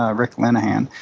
ah rick linnehan,